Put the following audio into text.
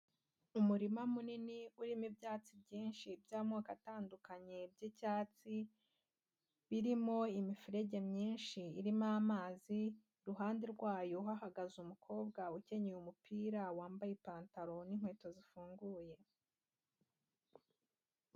Umurima munini urimo ibyatsi byinshi by'amoko atandukanye by'icyatsi, birimo imiferege myinshi irimo amazi, iruhande rwayo hahagaze umukobwa ukenyeye umupira wambaye ipantaro n'inkweto zifunguye.